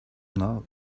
love